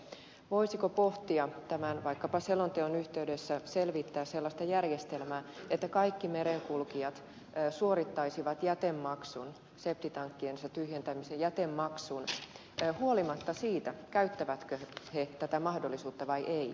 voisiko vaikkapa tämän selonteon yhteydessä selvittää sellaista järjestelmää että kaikki merenkulkijat suorittaisivat jätemaksun septitankkiensa tyhjentämisestä riippumatta siitä käyttävätkö he tätä mahdollisuutta vai ei